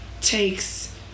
takes